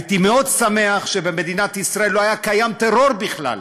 הייתי מאוד שמח אם במדינת ישראל לא היה קיים טרור בכלל.